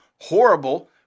horrible